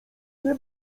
nie